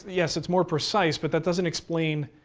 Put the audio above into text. yes, it's more precise, but that doesn't explain,